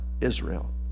Israel